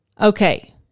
Okay